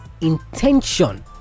intention